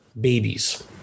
babies